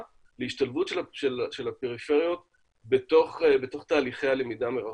להשתלבות של הפריפריות בתוך תהליכי הלמידה מרחוק.